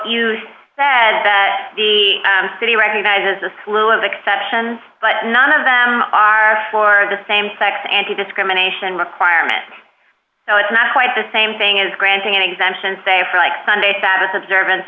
he said that the city recognizes a slew of exceptions but none of them are for the same sex anti discrimination requirement so it's not quite the same thing as granting an exemption say for like sunday that was observance